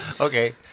Okay